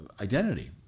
identity